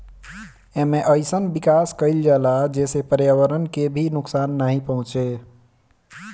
एमे अइसन विकास कईल जाला जेसे पर्यावरण के भी नुकसान नाइ पहुंचे